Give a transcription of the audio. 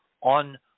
on